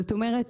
כלומר,